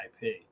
IP